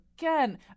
Again